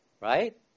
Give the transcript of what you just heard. right